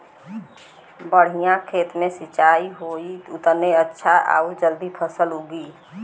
बढ़िया खेत मे सिंचाई होई उतने अच्छा आउर जल्दी फसल उगी